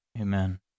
Amen